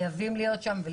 לחלוטין,